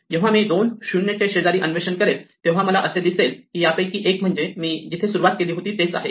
जेव्हा मी 20 चे शेजारी अन्वेषण करेल तेव्हा मला असे दिसेल की यापैकी एक म्हणजेच मी जिथे सुरुवात केली होती तेच आहे